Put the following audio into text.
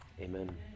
Amen